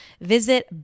Visit